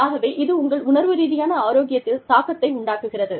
ஆகவே இது உங்கள் உணர்வு ரீதியான ஆரோக்கியத்தில் தாக்கத்தை உண்டாக்குகிறது